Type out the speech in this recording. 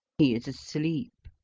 he is asleep.